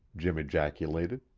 jim ejaculated.